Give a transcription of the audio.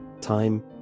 time